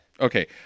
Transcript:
Okay